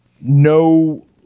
no